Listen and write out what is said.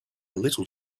little